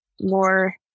more